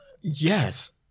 Yes